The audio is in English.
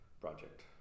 project